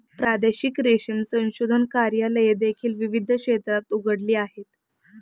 प्रादेशिक रेशीम संशोधन कार्यालये देखील विविध क्षेत्रात उघडली आहेत